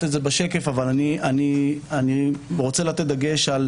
אני רוצה לתת דגש על